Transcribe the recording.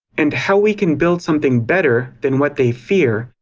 and how we can build something better than what they fear,